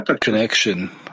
connection